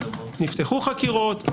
נפתחו חקירות,